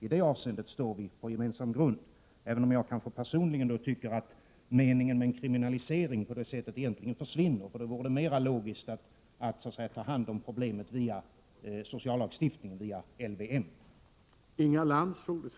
I det avseendet står vi på gemensam grund, även om jag personligen tycker att meningen med en kriminalisering på det sättet egentligen försvinner. Det vore mera logiskt att ta hand om problemet via sociallagstiftningen och via LVM.